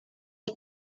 hay